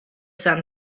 sun